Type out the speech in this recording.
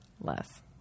less